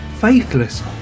Faithless